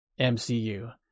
MCU